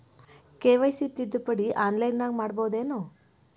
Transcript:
KYC ತಿದ್ದುಪಡಿ ಆನ್ಲೈನದಾಗ್ ಮಾಡ್ಬಹುದೇನು?